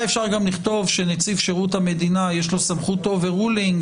היה אפשר לכתוב שנציב שירות המדינה יש לו סמכות אובר רולינג,